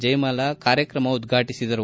ಜಯಮಾಲಾ ಕಾರ್ಯಕ್ರಮ ಉದ್ಘಾಟಿಸಿದರು